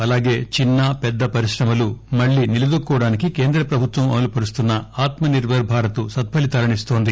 అలాగే చిన్న పెద్ద పరిశ్రమలు మళ్లీ నిలదొక్కుకోవడానికి కేంద్రప్రభుత్వం అమలుపరుస్తున్స ఆత్మనిర్బర్ భారత్ సత్సలీతాలనిస్తోంది